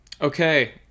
okay